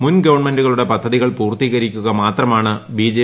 മുൻ ഗവൺമെന്റുകളുടെ പദ്ധതികൾ പൂർത്തീകരിക്കുക മാത്രമാണ് ബിൾജ്